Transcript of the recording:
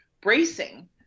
bracing